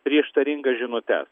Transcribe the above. prieštaringas žinute